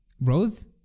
Rose